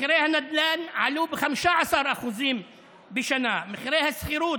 מחירי הנדל"ן עלו ב-15% בשנה; מחירי השכירות,